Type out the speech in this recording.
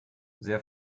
sehr